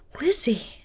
Lizzie